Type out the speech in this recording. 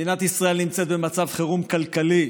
מדינת ישראל נמצאת במצב חירום כלכלי,